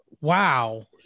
wow